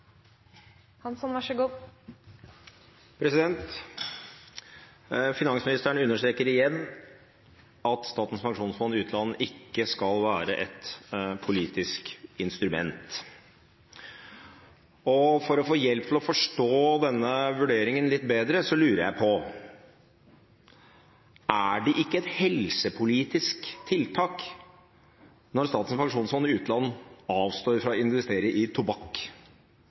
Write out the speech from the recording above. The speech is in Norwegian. Finansministeren understreker igjen at Statens pensjonsfond utland ikke skal være et politisk instrument. For å få hjelp til å forstå denne vurderingen litt bedre lurer jeg på: Er det ikke et helsepolitisk tiltak når Statens pensjonsfond utland avstår fra å investere i tobakk? Er det ikke et sosialpolitisk tiltak når Statens pensjonsfond utland avstår fra å investere i